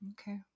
Okay